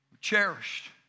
cherished